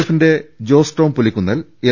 എഫിന്റെ ജോസ് ടോം പുലിക്കുന്നേൽ എൽ